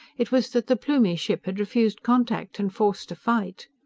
it was that the plumie ship had refused contact and forced a fight.